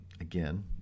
again